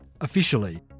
officially